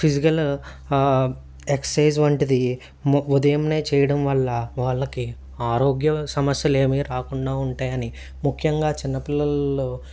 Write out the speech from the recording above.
physical exercise వంటిది ఉదయంనే చేయడం వల్ల వాళ్ళకి ఆరోగ్య సమస్యలు ఏమీ రాకుండా ఉంటాయని ముఖ్యంగా చిన్నపిల్లల్లో